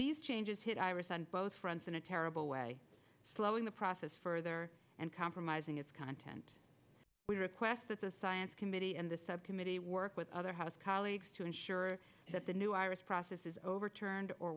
these changes hit iris on both fronts in a terrible way slowing the process further and compromising its content we request that the science committee and the subcommittee work with other house colleagues to ensure that the new iris process is overturned or